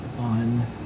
on